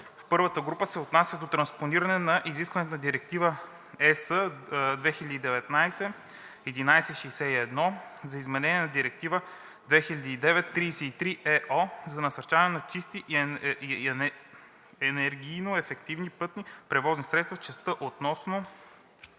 в първата група се отнася до транспониране на изискванията на Директива (ЕС) 2019/1161 за изменение на Директива 2009/33/ЕО за насърчаването на чисти и енергийноефективни пътни превозни средства в частта относно